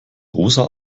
rosa